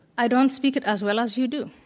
i don't speak it as well as you do.